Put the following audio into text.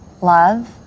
Love